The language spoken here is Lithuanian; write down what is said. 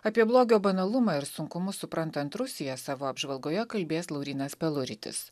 apie blogio banalumą ir sunkumus suprantant rusiją savo apžvalgoje kalbės laurynas peluritis